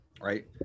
Right